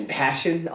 passion